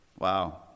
Wow